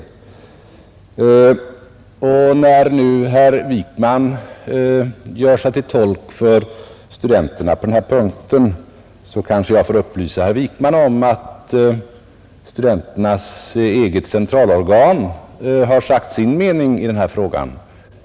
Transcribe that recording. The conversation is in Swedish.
När nu herr Wijkman gör sig till tolk för studenterna på den här punkten, kanske jag får upplysa herr Wijkman om att studenternas eget centralorgan har sagt sin mening i den här frågan.